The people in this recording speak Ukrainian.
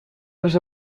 вже